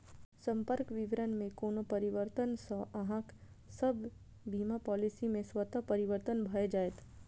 संपर्क विवरण मे कोनो परिवर्तन सं अहांक सभ बीमा पॉलिसी मे स्वतः परिवर्तन भए जाएत